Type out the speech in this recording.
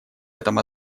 этом